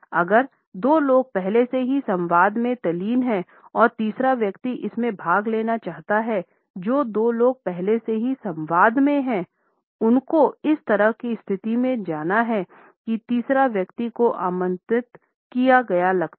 अगर दो लोग पहले से ही संवाद में तल्लीन हैं और तीसरे व्यक्ति इसमें भाग लेना चाहते हैं जो दो लोग पहले से ही संवाद में हैं उनको इस तरह की स्थिति में जाना है कि तीसरे व्यक्ति को आमंत्रित किया गया लगता है